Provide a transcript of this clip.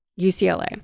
UCLA